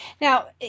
Now